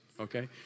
okay